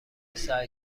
سعی